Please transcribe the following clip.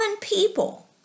people